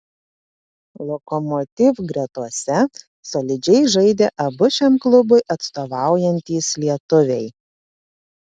lokomotiv gretose solidžiai žaidė abu šiam klubui atstovaujantys lietuviai